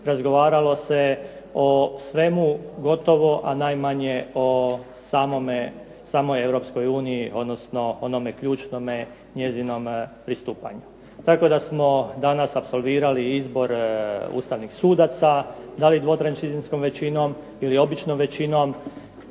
razgovaralo se o svemu gotovo, a najmanje o samoj Europskoj uniji, odnosno onome ključnome njezinom pristupanju. Tako da smo danas apsolvirali izbor ustavnih sudaca, da li 2/3-skom većinom ili običnom većinom,